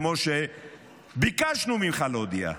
כמו שביקשנו ממך להודיע.